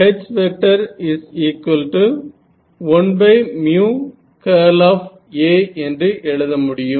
B 0 H1 A என்று எழுத முடியும்